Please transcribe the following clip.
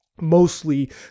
mostly